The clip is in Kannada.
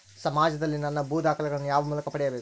ಸಮಾಜದಲ್ಲಿ ನನ್ನ ಭೂ ದಾಖಲೆಗಳನ್ನು ಯಾವ ಮೂಲಕ ಪಡೆಯಬೇಕು?